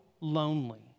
lonely